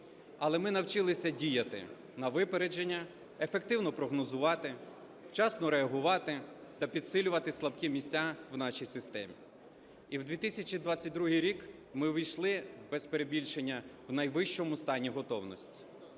Але ми навчилися діяти на випередження, ефективно прогнозувати, вчасно реагувати та підсилювати слабкі місця в нашій системі. І в 2022 рік ми увійшли, без перебільшення, у найвищому стані готовності.